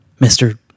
Mr